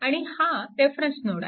आणि हा reference node आहे